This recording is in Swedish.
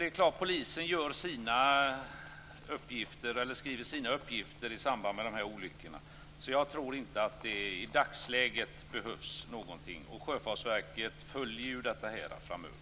Det är klart att polisen gör sina uppgifter i samband med dessa olyckor. Därför tror jag inte att det i dagsläget behövs någonting sådant här. Och Sjöfartsverket följer ju den här frågan framöver.